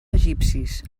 egipcis